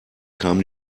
kam